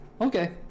Okay